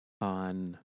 on